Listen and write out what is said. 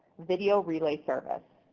video relay service,